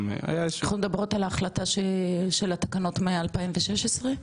אנחנו מדברות על ההחלטה של התקנות מ- 2016?